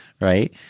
Right